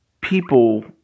people